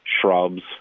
shrubs